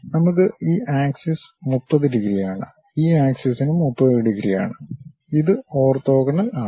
നമുക്ക് ഈ ആക്സിസ് 30 ഡിഗ്രിയാണ് ഈ ആക്സിസും 30 ഡിഗ്രിയാണ് ഇത് ഓർത്തോഗണൽ ആണ്